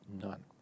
None